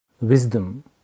Wisdom